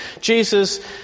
Jesus